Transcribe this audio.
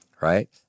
right